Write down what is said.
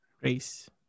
race